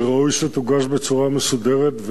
שראוי שתוגש בצורה מסודרת,